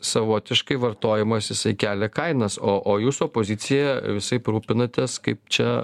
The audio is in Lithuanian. savotiškai vartojimas jisai kelia kainas o o jūs opozicija visaip rūpinatės kaip čia